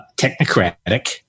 technocratic